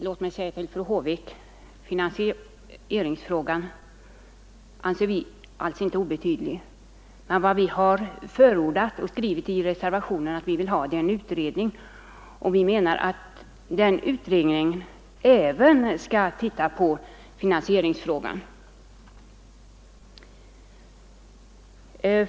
Herr talman! Låt mig säga till fru Håvik att vi inte anser finansieringsfrågan obetydlig, men vi har förordat och skrivit i reservationen att vi vill ha en utredning, och vi menar att den utredningen även skall se på finansieringsfrågan.